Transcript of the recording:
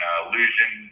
illusion